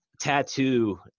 tattoo